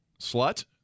slut